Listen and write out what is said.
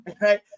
right